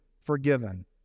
forgiven